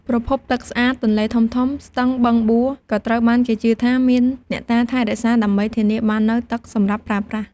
ប្រភពទឹកស្អាត ទន្លេធំៗ ស្ទឹង បឹងបួ ក៏ត្រូវបានគេជឿថាមានអ្នកតាថែរក្សា ដើម្បីធានាបាននូវទឹកសម្រាប់ប្រើប្រាស់។